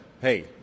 hey